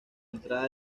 entrada